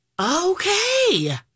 Okay